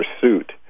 pursuit